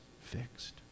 fixed